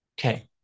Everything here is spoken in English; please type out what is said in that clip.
Okay